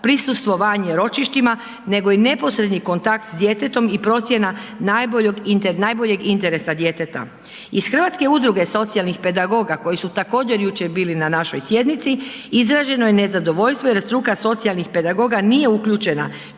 prisustvovanje ročištima nego i neposredni kontakt s djetetom i procjena najboljeg interesa djeteta. Iz Hrvatske udruge socijalnih pedagoga koji su, također, jučer bili na našoj sjednici, izraženo je nezadovoljstvo jer struka socijalnih pedagoga nije uključena